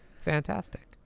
fantastic